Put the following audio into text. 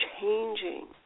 changing